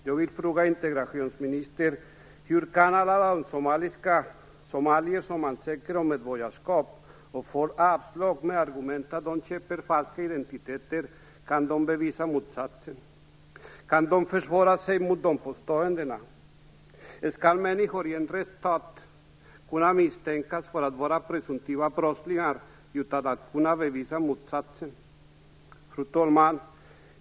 Jag vill fråga integrationsministern: Hur kan de somalier som ansöker om medborgarskap och som får avslag med argumentet att de köpt falska identiteter bevisa motsatsen? Kan de försvara sig mot sådana påståenden? Skall människor i en rättsstat kunna misstänkas för att vara presumtiva brottslingar utan att kunna bevisa motsatsen?